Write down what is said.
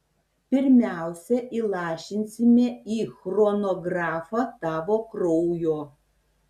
pirmiausia įlašinsime į chronografą tavo kraujo